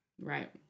Right